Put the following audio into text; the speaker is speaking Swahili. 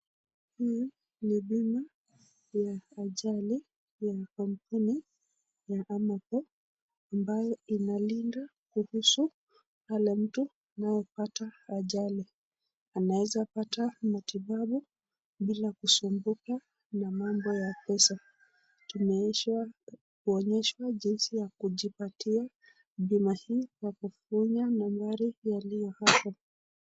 Hii ni bima ya ajali ya kampuni ya Amarco ambayo inalinda pale mtu aliyepata ajali, anaweza kupata matibabu bila kusumbuka na mambo ya pesa. Tumeonyeshwa jinsi ya kujipatia bima hii kwa kupiga nambari yaliyo hapo.